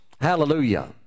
hallelujah